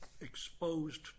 exposed